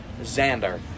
Xander